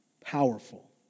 powerful